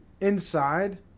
inside